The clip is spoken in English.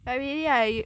I really I